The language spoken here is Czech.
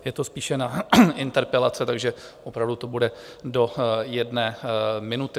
Je to spíše na interpelace, takže opravdu to bude do jedné minuty.